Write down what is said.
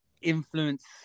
influence